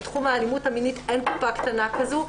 בתחום האלימות המינית אין קופה קטנה כזו.